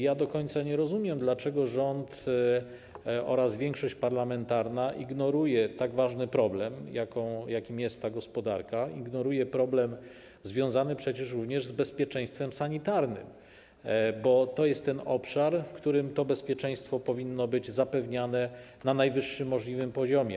Ja do końca nie rozumiem, dlaczego rząd oraz większość parlamentarna ignorują tak ważny problem, jakim jest gospodarka, ignorują problem związany również z bezpieczeństwem sanitarnym, bo to jest obszar, w którym bezpieczeństwo powinno być zapewniane na najwyższym możliwym poziomie.